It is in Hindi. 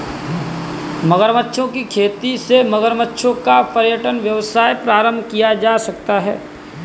मगरमच्छों की खेती से मगरमच्छों का पर्यटन व्यवसाय प्रारंभ किया जा सकता है